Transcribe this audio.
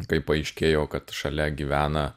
kai paaiškėjo kad šalia gyvena